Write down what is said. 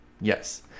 Yes